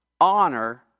Honor